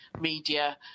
media